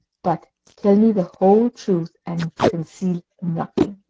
but tell me the whole truth, and conceal nothing.